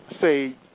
say